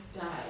die